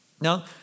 Now